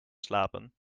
slapen